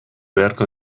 beharko